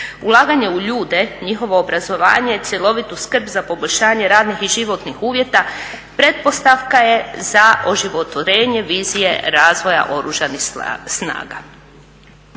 Ulaganje u ljude, njihovo obrazovanje, cjelovitu skrb za poboljšanje radnih i životnih uvjeta pretpostavka je za oživotvorenje vizije razvoja Oružanih snaga.